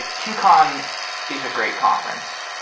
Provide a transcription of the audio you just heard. ah qcon is a great conference,